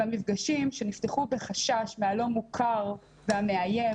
מפגשים שנפתחו בחשש מהלא מוכר והמאיים,